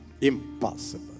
Impossible